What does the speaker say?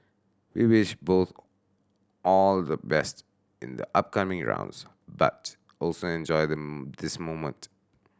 we wish both all the best in the upcoming rounds but also enjoy the this moment